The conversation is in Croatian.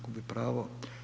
Gubi pravo.